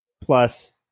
plus